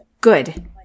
good